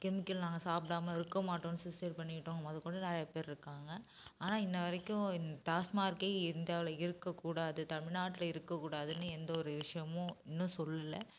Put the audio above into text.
chemical நாங்கள் சாப்பிடாம இருக்க மாட்டோம்ன்னு சூசைட் பண்ணிக்கிட்டவங்க முதகொண்டு நிறையா பேர் இருக்காங்க ஆனா இன்ன வரைக்கும் டாஸ்மாக்கே இந்தியாவில் இருக்க கூடாது தமிழ்நாட்டில் இருக்க கூடாதுன்னு எந்த ஒரு விஷயமும் இன்னும் சொல்லலை